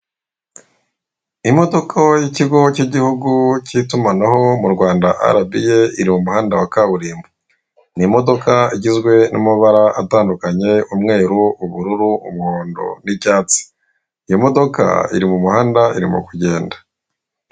Imodoka y'ikigo k'igihugu k'itumanaho mu Rwanda Arabi eyi iri mu muhanda wa kaburimbo, ni imodoka igizwe n'amabara atandukanye umweru, ubururu, umuhondo n'icyatsi. Iyo modoka ari mu muhanda irimo kugenda.